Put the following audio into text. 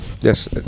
Yes